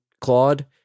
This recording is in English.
Claude